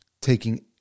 taking